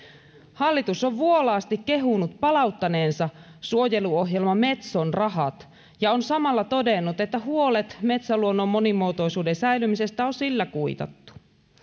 hallitus on vuolaasti kehunut palauttaneensa suojeluohjelma metson rahat ja on samalla todennut että huolet metsäluonnon monimuotoisuuden säilymisestä on sillä kuitattu